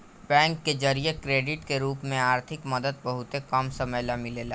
bank के जरिया credit के रूप में आर्थिक मदद बहुते कम समय ला मिलेला